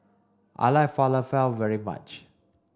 I like Falafel very much